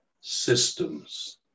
systems